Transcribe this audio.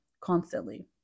constantly